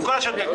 ובעת את ההסדר,